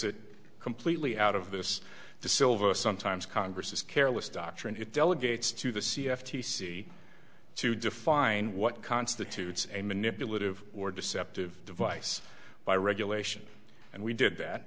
it completely out of this the silver sometimes congress's careless doctrine it delegates to the c f t c to define what constitutes a manipulative or deceptive device by regulation and we did that